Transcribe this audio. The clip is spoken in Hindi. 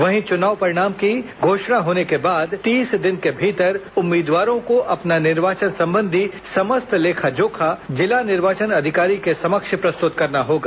वहीं चुनाव परिणाम की घोषणा होने के बाद तीस दिन के भीतर उम्मीदवारों को अपना निर्वाचन संबंधी समस्त लेखा जोखा जिला निर्वाचन अधिकारी के समक्ष प्रस्तुत करना होगा